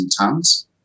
tons